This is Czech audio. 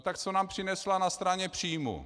Tak co nám přinesla na straně příjmů.